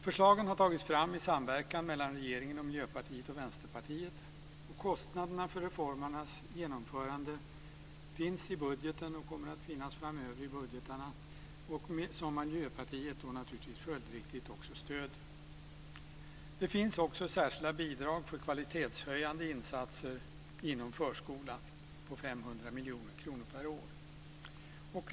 Förslagen har tagits fram i samverkan mellan regeringen, Miljöpartiet och Vänsterpartiet. Kostnaderna för reformernas genomförande finns i budgeten och kommer att finnas framöver i budgetarna, och de stöds naturligtvis följdriktigt av Miljöpartiet. Det finns också särskilda bidrag för kvalitetshöjande insatser inom förskolan på 500 miljoner kronor per år.